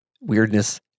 weirdness